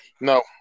no